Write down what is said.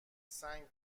سنگ